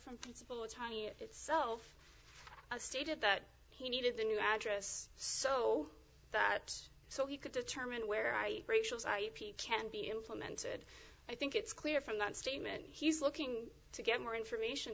one tiny itself stated that he needed a new address so that so he could determine where i can be implemented i think it's clear from that statement he's looking to get more information